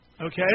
Okay